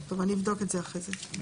טוב, אני אבדוק את זה אחרי זה.